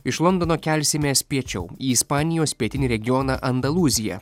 iš londono kelsimės piečiau į ispanijos pietinį regioną andalūziją